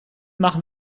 machen